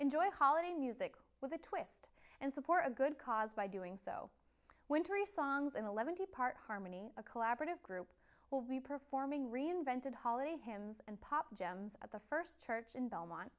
enjoy holiday music with a twist and support a good cause by doing so when three songs in eleven part harmony a collaborative group will be performing reinvented holiday hymns and pop gems at the first church in belmont